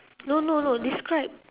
no no no describe